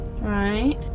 Right